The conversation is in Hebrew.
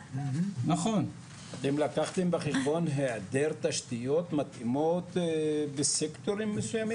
אתם לקחתם בחשבון היעדר תשתיות מתאימות בסקטורים מסוימים?